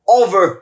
over